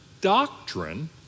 doctrine